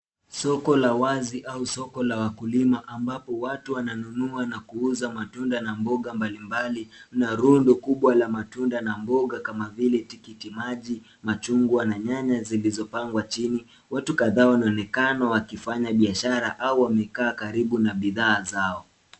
Soko la wazi au soko la wakulima ambapo watu wananunua na kuuza matunda na mboga mbalimbali. Kuna rundo kubwa la matunda na mboga kama vile tikiti maji, machungwa na nyanya zilizopangwa chini. Watu kadhaa wanaonekana wakifanya biashara au wamekaa karibu na bidhaa zao.